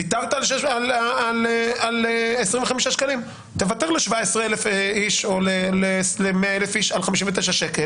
ויתרת על 25 שקלים תוותר ל-17,000 איש או ל-100,000 איש על 59 שקל,